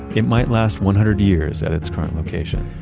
it might last one hundred years at its current location,